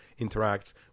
interacts